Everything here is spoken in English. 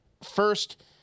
First